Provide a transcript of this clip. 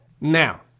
Now